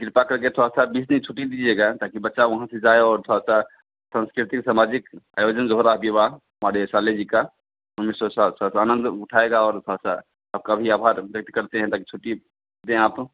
किरपा करके थोड़ा सा बीस दिन छुट्टी दीजिएगा ताकि बच्चा वहाँ से जाए और थोड़ा सा संस्कृतिक समाजिक आयोजन जो हो रहा विवाह हमारे साले जी का हम इससे साथ साथ आनंद उठाएगा और थोड़ा सा आपका भी आभार व्यक्त करते हैं ताकि छुट्टी दें आप